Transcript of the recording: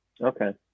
Okay